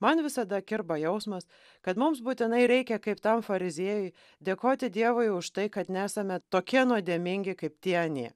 man visada kirba jausmas kad mums būtinai reikia kaip tam fariziejui dėkoti dievui už tai kad nesame tokie nuodėmingi kaip tie anie